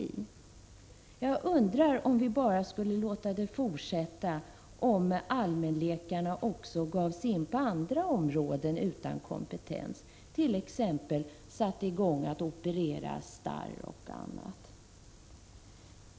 Jag undrar om allmänläkarna, om vi bara skulle låta det fortsätta, också skulle ge sig in på andra områden utan att ha kompetens för det, t.ex. sätta i gång att operera starr.